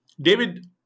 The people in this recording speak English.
David